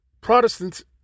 Protestants